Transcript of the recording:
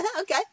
Okay